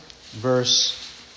verse